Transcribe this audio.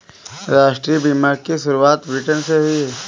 राष्ट्रीय बीमा की शुरुआत ब्रिटैन से हुई